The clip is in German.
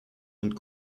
und